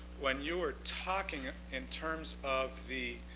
when you were talking in terms of the